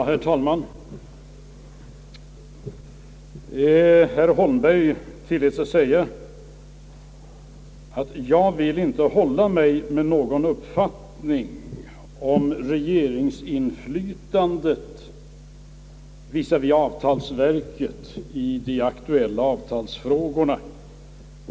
Herr talman! Herr Holmbers tillät sig säga att han inte vill hålla sig med någon uppfattning om regeringsinflytandet vis-å-vis avtalsverket i de aktuella avtalsfrågorna.